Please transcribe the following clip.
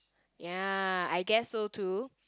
ya I guess so too